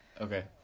Okay